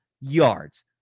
yards